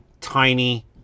tiny